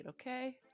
okay